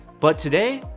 but today,